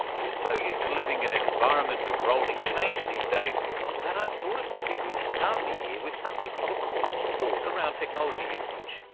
so used to living in an environment of rolling change these days that i thought it might be good to start the year with something of a call-of-the-board around technology usage.